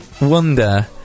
wonder